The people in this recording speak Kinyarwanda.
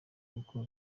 kuko